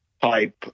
type